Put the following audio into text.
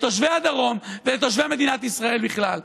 לתושבי הדרום ולתושבי מדינת ישראל בכלל.